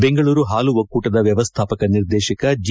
ಬೆಂಗಳೂರು ಹಾಲು ಒಕ್ಕೂಟದ ವ್ಯವಸ್ವಾಪಕ ನಿರ್ದೇಶಕ ಜಿ